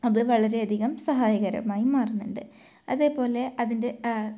അത് വളരെയധികം സഹായകരമായി മാറുന്നുണ്ട് അതേപോലെ അതിൻ്റെ